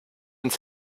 ins